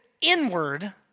inward